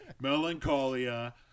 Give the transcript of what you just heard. Melancholia